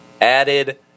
Added